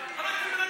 עליו.